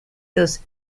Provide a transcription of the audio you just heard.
those